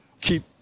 keep